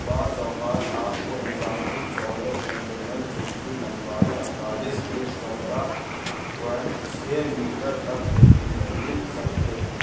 بعض اوقات آپ کو اضافی چوڑے کنٹینر جن کی لمبائی اڑتالس فٹ چودہ پوئنٹ چھ میٹر تک ہوتی ہے مل سکتے ہیں